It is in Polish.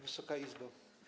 Wysoka Izbo!